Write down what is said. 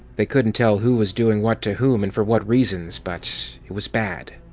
they couldn't tell who was doing what to whom and for what reasons, but it was bad.